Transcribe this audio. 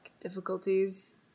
Difficulties